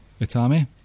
Itami